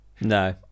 No